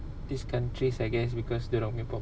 these countries I guess because dia orang punya